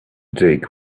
dig